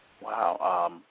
Wow